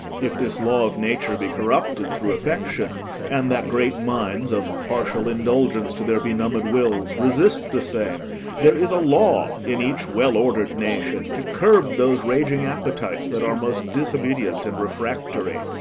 if this law of nature be corrupted through affection and that great minds, of partial indulgence to their benumbed wills, resist the same there is a law in each well-order'd nation to curb those raging appetites that are most disobedient and refractory.